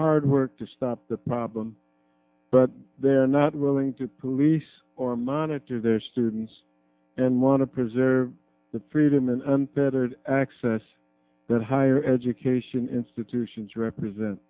hard work to stop the problem but they're not willing to police or monitor their students and want to preserve the freedom and pattered access that higher education institutions represent